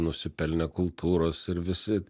nusipelnę kultūros ir visi